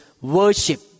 worship